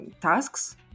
tasks